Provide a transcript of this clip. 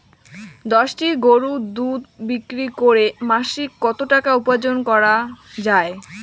দশটি গরুর দুধ বিক্রি করে মাসিক কত টাকা উপার্জন করা য়ায়?